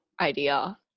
idea